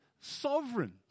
sovereign